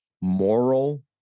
moral